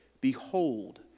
Behold